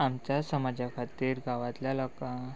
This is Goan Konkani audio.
आमच्या समाजा खातीर गांवांतल्या लोकांक